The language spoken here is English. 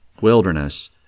wilderness